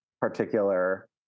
particular